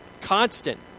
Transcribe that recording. constant